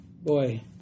boy